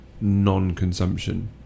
non-consumption